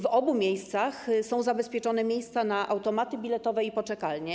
W obu miejscach są zabezpieczone miejsca na automaty biletowe i poczekalnie.